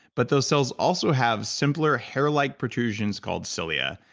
but those cells also have simpler hair-like protrusions called cilia.